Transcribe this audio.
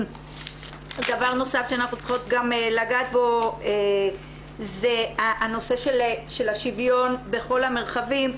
דבר נוסף שאנחנו צריכות גם לגעת בו זה הנושא של השוויון בכל המרחבים,